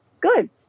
good